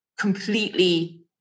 completely